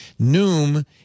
Noom